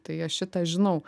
tai aš šitą žinau